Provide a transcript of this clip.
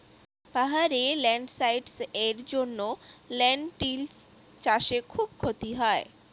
পাহাড়ে ল্যান্ডস্লাইডস্ এর জন্য লেনটিল্স চাষে খুব ক্ষতি হয়